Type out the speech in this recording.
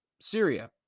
Syria